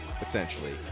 essentially